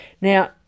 Now